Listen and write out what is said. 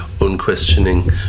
unquestioning